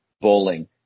bowling